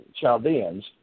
Chaldeans